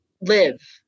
live